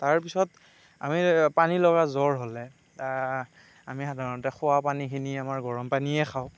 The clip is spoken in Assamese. তাৰপিছত আমি পানীলগা জ্বৰ হ'লে আমি সাধাৰণতে খোৱা পানীখিনি আমাৰ গৰমপানীয়ে খাওঁ